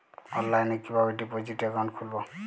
অনলাইনে কিভাবে deposit account খুলবো?